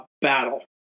battle